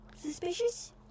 suspicious